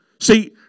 See